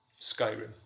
Skyrim